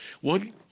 one